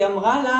והיא אמרה לה